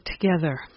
together